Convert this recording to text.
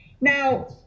Now